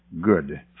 good